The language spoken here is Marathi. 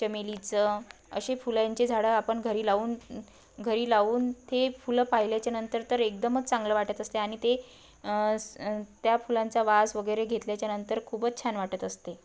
चमेलीचं असे फुलांचे झाडं आपण घरी लावून घरी लावून ते फुलं पाहिल्याच्या नंतर तर एकदमच चांगलं वाटत असते आणि ते स् त्या फुलांचा वास वगैरे घेतल्याच्या नंतर खूपच छान वाटत असते